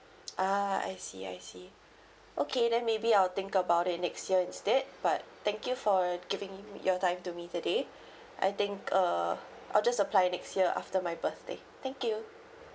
ah I see I see okay then maybe I'll think about it next year instead but thank you for giving me your time to me today I think uh I'll just apply it next year after my birthday thank you